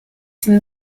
sin